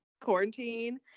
quarantine